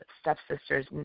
stepsisters